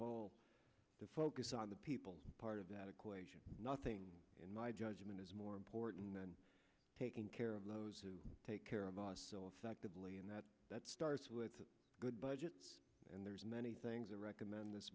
whole to focus on the people part of that equation nothing in my judgment is more important than taking care of those who take care of us so effectively and that that starts with a good budget and there's many things to recommend this